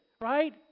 right